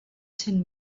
cent